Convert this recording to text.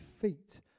feet